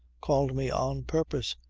called me on purpose,